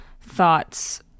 thoughts